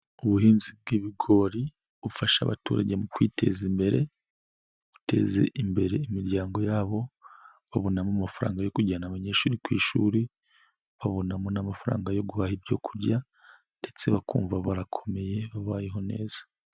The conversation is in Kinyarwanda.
Ubuhinzi bw'ibigori bufasha abaturage mu kwiteza imbere, guteza imbere imiryango yabo babonamo amafaranga yo kujyana abanyeshuri ku ishuri, babonamo n'amafaranga yo guhaha ibyo kurya ndetse bakumva barakomeye babayeho neza.